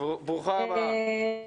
ברוכה הבאה.